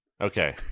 okay